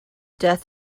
death